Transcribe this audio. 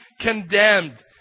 condemned